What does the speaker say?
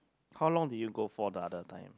how long did you go for the other time